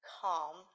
calm